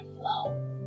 flow